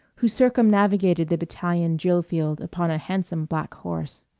who circumnavigated the battalion drill-field upon a handsome black horse.